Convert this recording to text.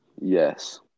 Yes